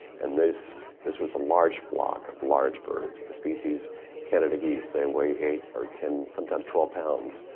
and this this was a large flock of large birds, the species canada geese, they weight eight or ten, sometimes twelve pounds.